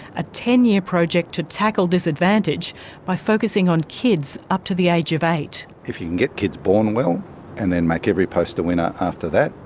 a ten year project to tackle disadvantage by focusing on kids up to the age of eight. if you get kids born well and then make every post a winner after that,